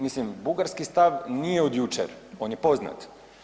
Mislim bugarski stav nije od jučer, on je poznat.